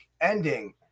ending